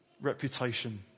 reputation